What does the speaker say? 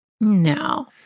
No